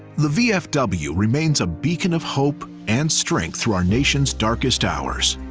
the vfw remains a beacon of hope and strength through our nation's darkest hours.